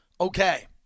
okay